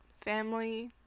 family